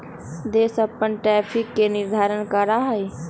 देश अपन टैरिफ के निर्धारण करा हई